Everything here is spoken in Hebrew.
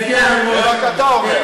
זה רק אתה אומר.